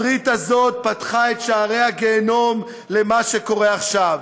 הברית הזאת פתחה את שערי הגיהינום למה שקורה עכשיו.